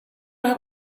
have